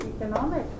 economic